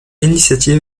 initiative